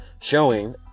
showing